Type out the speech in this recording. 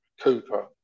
Cooper